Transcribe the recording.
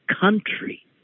country